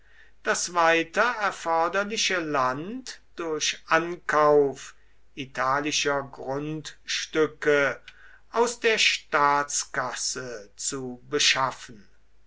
das weiter erforderliche land durch ankauf italischer grundstücke aus der staatskasse zu beschaffen